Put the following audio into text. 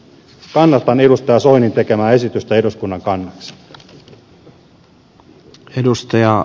kannatan edustaja soinin tekemää esitystä eduskunnan kannaksi